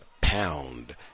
pound